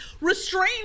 restrained